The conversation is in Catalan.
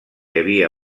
havia